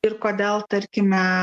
ir kodėl tarkime